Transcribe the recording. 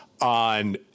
on